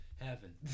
heaven